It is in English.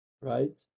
right